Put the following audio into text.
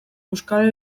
euskal